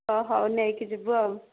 ହଉ ହଉ ନେଇକି ଯିବୁ ଆଉ